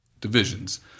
divisions